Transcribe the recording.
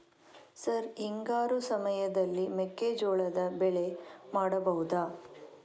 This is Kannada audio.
ಸರ್ ಹಿಂಗಾರು ಸಮಯದಲ್ಲಿ ಮೆಕ್ಕೆಜೋಳದ ಬೆಳೆ ಮಾಡಬಹುದಾ?